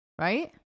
Right